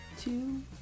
two